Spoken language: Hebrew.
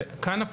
כאן,